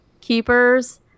keepers